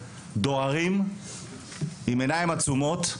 דוהרים עם עיניים עצומות,